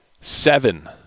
Seven